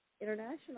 international